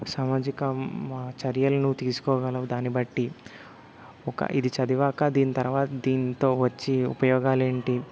సామాజిక మా చర్యలను నువ్వు తీసుకోగలవు దాన్నిబట్టి ఒక ఇది చదివాక దీన్ తర్వాత దీంతో వచ్చే ఉపయోగాలేంటి